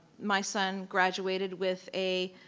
my son graduated with a.